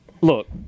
look